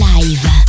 Live